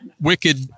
wicked